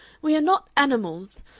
we are not animals.